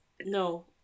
No